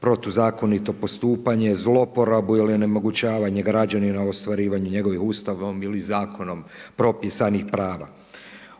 protuzakonito postupanje, zlouporabu ili onemogućavanje građanina u ostvarivanju njegovih Ustavom ili zakonom propisanih prava.